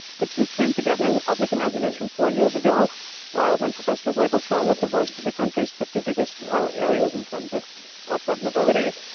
the two came together in the public imagination four years ago when professors labeled charlotte the worst of the country's fifty biggest areas in terms of upward mobility.